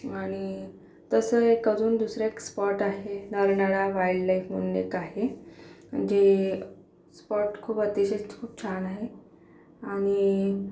आणि तसं एक अजून दुसरं एक स्पॉट आहे नरनाळा वाईल्ड लाईफ म्हणून एक आहे जे स्पॉट खूप अतिशय खूप छान आहे आणि